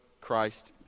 Christ